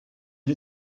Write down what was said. you